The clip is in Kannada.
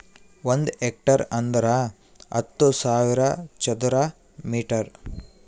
ಒಂದ್ ಹೆಕ್ಟೇರ್ ಅಂದರ ಹತ್ತು ಸಾವಿರ ಚದರ ಮೀಟರ್